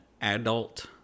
adult